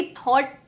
thought